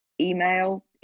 email